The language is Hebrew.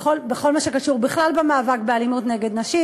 בכל מה שקשור בכלל במאבק באלימות נגד נשים.